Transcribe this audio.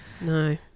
No